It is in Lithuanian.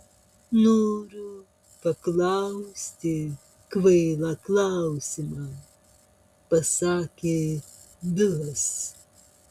noriu paklausti kvailą klausimą pasakė bilas